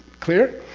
clear?